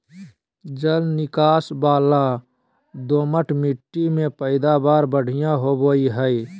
जल निकास वला दोमट मिट्टी में पैदावार बढ़िया होवई हई